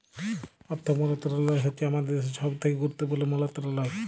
অথ্থ মলত্রলালয় হছে আমাদের দ্যাশের ছব থ্যাকে গুরুত্তপুর্ল মলত্রলালয়